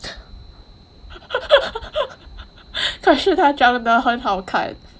可是他长得很好看